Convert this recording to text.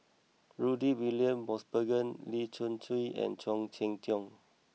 Rudy William Mosbergen Lee Choon Kee and Khoo Cheng Tiong